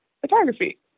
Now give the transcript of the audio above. photography